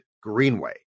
greenway